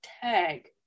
tag